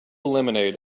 lemonade